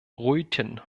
ruijten